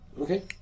Okay